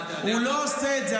הוא לא עושה את זה.